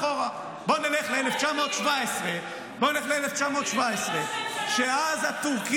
לא ב-1967, ב-1948 הייתה פה מדינה פלסטינית?